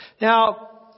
Now